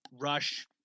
rush